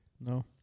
No